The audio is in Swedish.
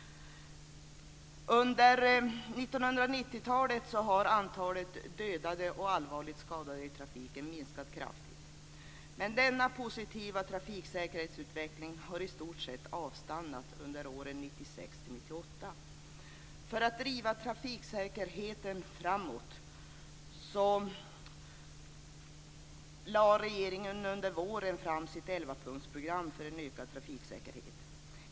Under 1990-talet har antalet dödade och allvarligt skadade i trafiken minskat kraftigt, men denna positiva trafiksäkerhetsutveckling har i stort sett avstannat under åren 1996-1998. För att driva trafiksäkerheten framåt lade regeringen under våren fram sitt elvapunktsprogram för en ökad trafiksäkerhet.